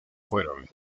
fueron